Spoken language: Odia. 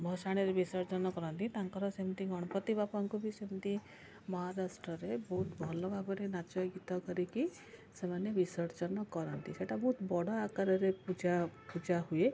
ଭଷାଣିରେ ବିସର୍ଜନ କରନ୍ତି ତାଙ୍କର ସେମିତି ଗଣପତି ବାବାଙ୍କୁ ବି ସେମତି ମହାରାଷ୍ଟ୍ରରେ ବହୁତ ଭଲ ଭାବରେ ନାଚ ଗୀତ କରିକି ସେମାନେ ବିସର୍ଜନ କରନ୍ତି ସେଇଟା ବହୁତ ବଡ଼ ଆକାରରେ ପୂଜା ପୂଜା ହୁଏ